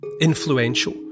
influential